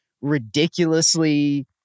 ridiculously